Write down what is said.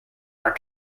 are